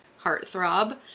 heartthrob